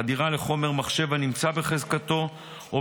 חדירה לחומר מחשב הנמצא בחזקתו או